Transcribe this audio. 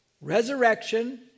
resurrection